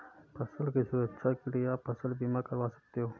फसल की सुरक्षा के लिए आप फसल बीमा करवा सकते है